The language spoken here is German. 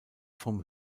vom